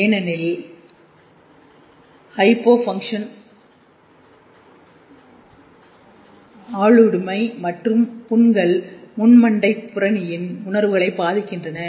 ஏனெனில் எனவே hypo function ஆளுடி மற்றும் புண்கள் முன் மண்டைப் புரணியின் உணர்வுகளை பாதிக்கின்றன